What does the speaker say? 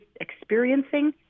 experiencing